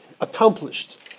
accomplished